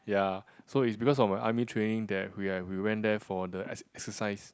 ya so it's because of my army training that we're we went there for the ex~ exercise